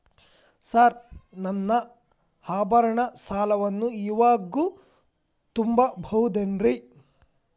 Sir ನನ್ನ ಆಭರಣ ಸಾಲವನ್ನು ಇವಾಗು ತುಂಬ ಬಹುದೇನ್ರಿ?